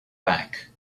back